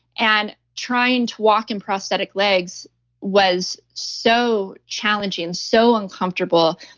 and trying to walk in prosthetic legs was so challenging, so uncomfortable,